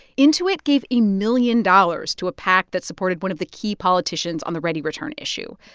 intuit gave a million dollars to a pac that supported one of the key politicians on the readyreturn issue.